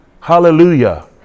Hallelujah